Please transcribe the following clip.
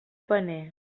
paner